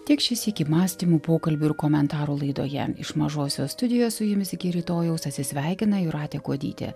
tiek šį sykį mąstymų pokalbių ir komentarų laidoje iš mažosios studijos su jumis iki rytojaus atsisveikina jūratė kuodytė